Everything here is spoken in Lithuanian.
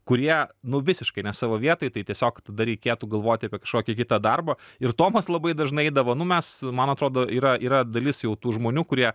kurie nu visiškai ne savo vietoj tai tiesiog tada reikėtų galvoti apie kažkokį kitą darbą ir tomas labai dažnai eidavo nu mes man atrodo yra yra dalis jau tų žmonių kurie